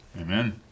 Amen